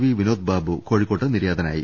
V Vinod Babu കോഴിക്കോട്ട് നിര്യാതനായി